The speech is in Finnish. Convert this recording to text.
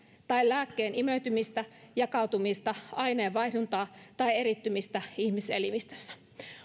tai lääkkeen imeytymistä jakautumista aineenvaihduntaa tai erittymistä ihmiselimistössä